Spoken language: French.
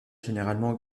généralement